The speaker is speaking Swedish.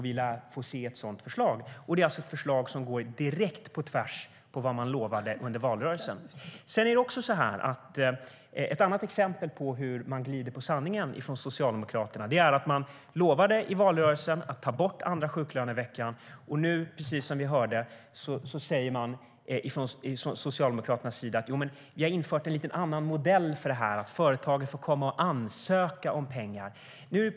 Vi lär få se ett sådant förslag. Det är ett förslag som går direkt på tvärs mot vad man lovade under valrörelsen. Ett annat exempel på hur man glider på sanningen från Socialdemokraterna är att man i valrörelsen lovade att ta bort andra sjuklöneveckan. Nu säger man från Socialdemokraternas sida, precis som vi hörde: Vi har infört en lite annan modell för det. Företagen får komma och ansöka om pengar.